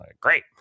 Great